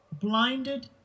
blinded